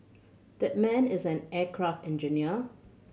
that man is an aircraft engineer